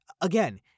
Again